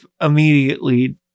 immediately